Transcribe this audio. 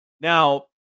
Now